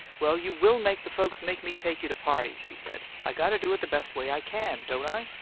well, you will make the folks make me take you to parties! he said. i got to do it the best way i can, don't i?